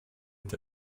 est